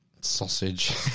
Sausage